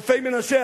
אלפי-מנשה,